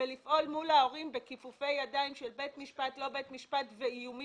לפעול מול ההורים בכיפופי ידיים של בית משפט או לא בית משפט ואיומים,